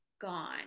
gone